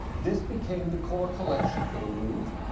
this became the core collection for the louvre.